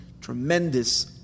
tremendous